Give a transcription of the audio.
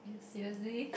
seriously